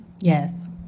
Yes